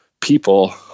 people